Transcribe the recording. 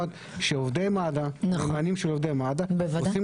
שעובדי מד"א ומנהלים של עובדי מד"א עושים